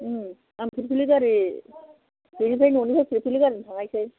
आं फिलफिलि गारि बेनिफ्राय न'निफ्राय फिलफिलि गारिजों थांनोसै